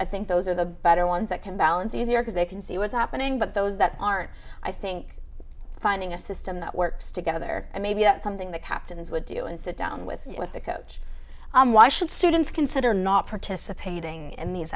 i think those are the better ones that can balance easier because they can see what's happening but those that aren't i think finding a system that works together and maybe that's something the captains would do and sit down with with the coach why should students consider not participating in these